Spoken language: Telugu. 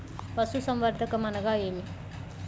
పశుసంవర్ధకం అనగా ఏమి?